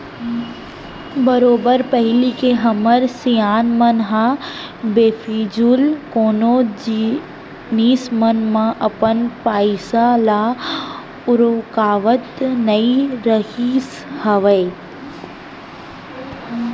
बरोबर पहिली के हमर सियान मन ह बेफिजूल कोनो जिनिस मन म अपन पइसा ल उरकावत नइ रहिस हावय